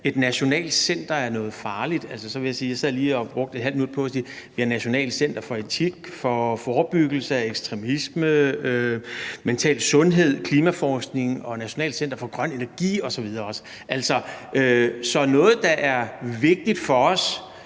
et nationalt center er noget farligt, så vil jeg sige, at jeg lige sad og brugte et halvt minut for at se på, at vi har et nationalt center for etik, for forebyggelse af ekstremisme, for mental sundhed, for klimaforskning og også et nationalt center for grøn energi osv. Så noget, der er vigtigt for os,